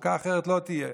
חוקה אחרת לא תהיה.